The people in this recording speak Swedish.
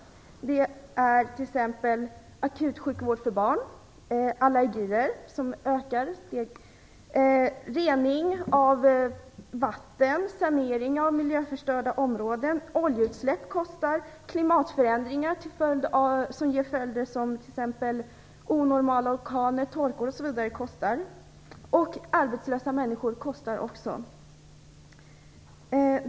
Sådana exempel är akutsjukvård för barn, allergier, som ökar, rening av vatten, sanering av miljöförstörda områden. Oljeutsläpp kostar, klimatförändringar, som ger följder som onormala orkaner, torka, osv., kostar. Arbetslösa människor kostar också.